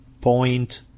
point